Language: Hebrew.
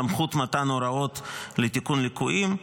וסמכות מתן הוראות לתיקון ליקויים.